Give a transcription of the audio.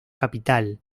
capital